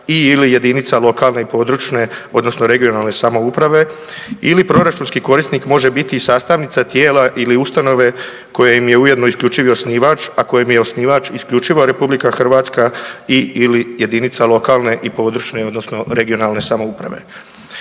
i/ili jedinica lokalne i područne odnosno regionalne samouprave ili proračunski korisnik može biti i sastavnica tijela ili ustanove kojem je ujedno isključivi osnivač, a kojem je osnivač isključivo RH i/ili jedinica lokalne i područne odnosno regionalne samouprave.